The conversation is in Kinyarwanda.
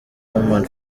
women